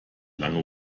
lange